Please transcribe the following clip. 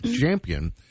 champion